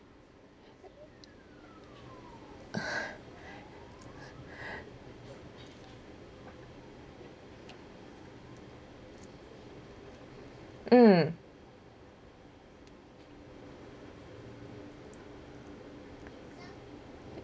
mm